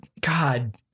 God